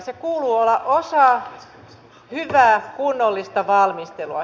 sen kuuluu olla osa hyvää kunnollista valmistelua